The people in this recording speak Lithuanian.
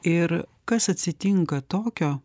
ir kas atsitinka tokio